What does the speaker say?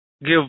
give